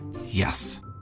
Yes